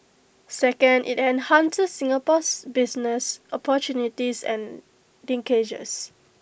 second IT enhances Singapore's business opportunities and linkages